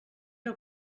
que